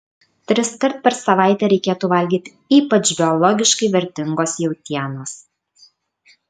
triskart per savaitę reikėtų valgyti ypač biologiškai vertingos jautienos